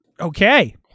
Okay